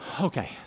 Okay